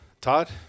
Todd